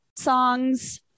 songs